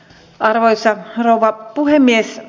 arvoisa rouva puhemies